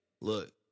look